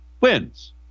wins